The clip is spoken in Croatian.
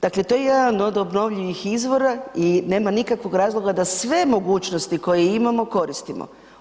Dakle to je jedan od obnovljivih izvora i nema nikakvog razloga da sve mogućnosti koje imamo koristimo.